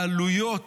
העלויות